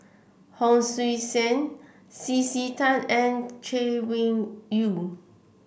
Hon Sui Sen C C Tan and Chay Weng Yew